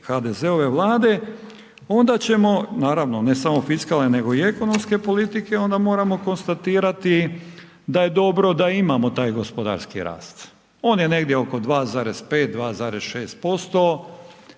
HDZ-ove Vlade onda ćemo naravno ne samo fiskalne nego i ekonomske politike, onda moramo konstatirati da je dobro da imamo taj gospodarski rast. On je negdje oko 2,5, 2,6%